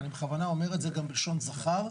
אני אומר את זה בכוונה גם בלשון זכר,